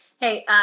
Hey